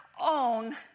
own